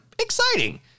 exciting